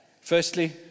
Firstly